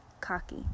cocky